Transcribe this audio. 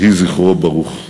יהי זכרו ברוך.